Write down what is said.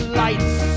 lights